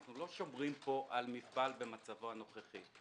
אנחנו לא שומרים פה על מפעל במצבו הנוכחי.